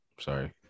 sorry